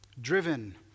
driven